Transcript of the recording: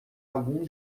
algum